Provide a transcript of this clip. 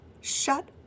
shut